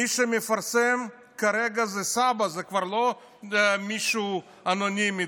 מי שמפרסם כרגע זה סבא"א, זה לא מישהו אנונימי.